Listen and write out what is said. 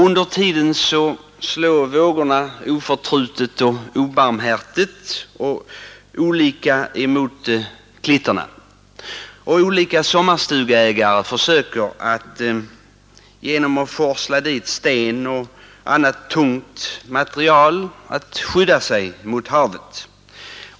Under tiden slår vågorna oförtrutet och obarmhärtigt mot klitterna. Sommarstugeägare försöker genom att forsla dit sten och annat tungt material skydda sig mot havet.